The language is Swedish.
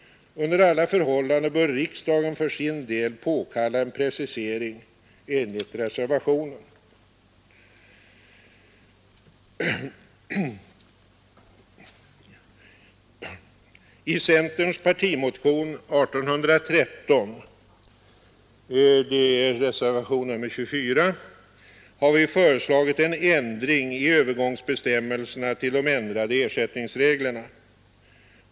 Under alla förhållanden bör riksdagen för sin del påkalla en precisering enligt I centerns partimotion 1813 har vi föreslagit en ändring i övergångsbestämmelserna till de ändrade ersättningsreglerna.